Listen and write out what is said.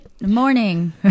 morning